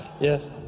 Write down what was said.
Yes